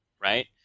right